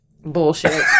Bullshit